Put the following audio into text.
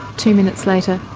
two minutes later,